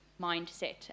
mindset